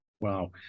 Wow